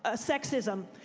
ah sexism.